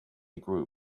group